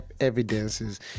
evidences